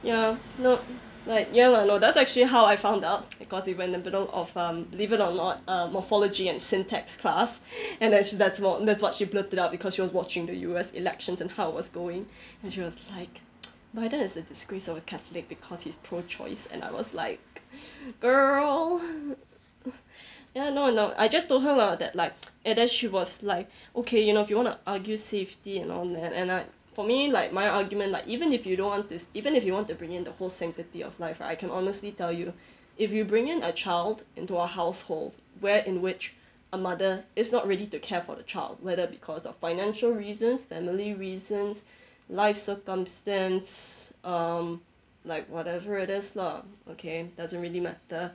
ya you know like ya lah no that's actually how I found out cause we were in the middle of um morphology and syntax class and that's what that's what she blurted out because we were watching the U_S elections and how it was going then she was like biden is a disgrace of catholic because his pro choice and I was like girl ya no I just told her that like she was like okay you know if you want to argue safety and all that and I for me like my argument like even if you don't want is even if you want to bring in the whole sanctity of life I can honestly tell you if you bring in a child into our household where in which a mother is not ready to care for the child whether because of financial reasons family reasons life circumstance um like whatever it is lah okay doesn't really matter